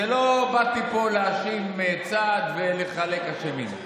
לא באתי פה להאשים צד ולחלק לאשמים.